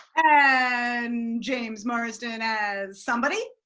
and james marsden as somebody.